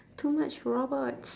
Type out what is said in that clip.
too much robots